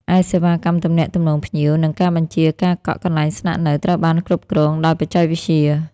ឯសេវាកម្មទំនាក់ទំនងភ្ញៀវ និងការបញ្ជាការកក់កន្លែងស្នាក់នៅ ត្រូវបានគ្រប់គ្រងដោយបច្ចេកវិទ្យា។